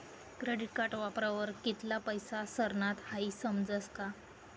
credit card वापरावर कित्ला पैसा सरनात हाई समजस का